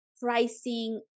pricing